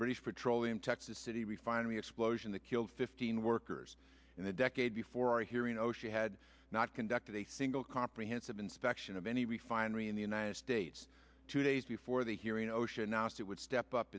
british petroleum texas city refinery explosion that killed fifteen workers in a decade before a hearing no she had not conducted a single comprehensive inspection of any refinery in the united states two days before the hearing ocean asked it would step up